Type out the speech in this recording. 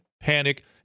panic